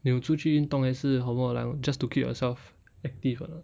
你有出去运动还是什么 like just to keep yourself active or not